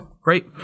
great